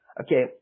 Okay